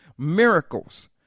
Miracles